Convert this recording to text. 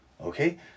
Okay